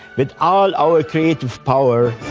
with all our creative power,